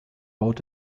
baut